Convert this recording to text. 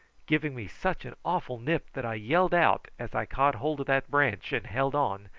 giving me such an awful nip that i yelled out as i caught hold of that branch, and held on,